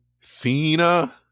Cena